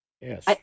Yes